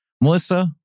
Melissa